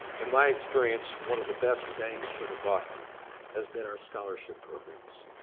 in my experience, one of the best bangs for the buck has been our scholarship programs.